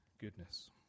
goodness